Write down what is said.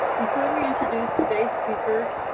before we introduce today's speakers,